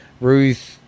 Ruth